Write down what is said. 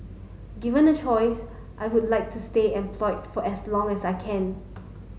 given a choice I would like to stay employed for as long as I can